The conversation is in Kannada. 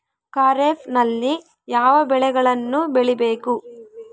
ಖಾರೇಫ್ ನಲ್ಲಿ ಯಾವ ಬೆಳೆಗಳನ್ನು ಬೆಳಿಬೇಕು?